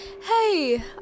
Hey